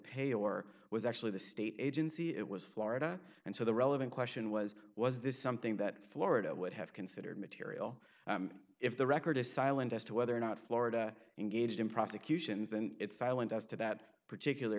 pay or was actually the state agency it was florida and so the relevant question was was this something that florida would have considered material if the record is silent as to whether or not florida engaged in prosecutions then it's silent as to that particular